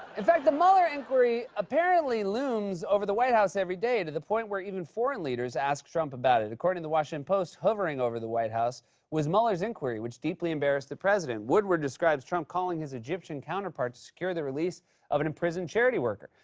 in fact, the mueller inquiry apparently looms over the white house every day, to the point where even foreign leaders ask trump about it. according to the washington post, hovering over the white house was mueller's inquiry, which deeply embarrassed the president. woodward describes trump calling his egyptian counterpart to secure the release of an imprisoned charity worker,